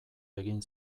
egin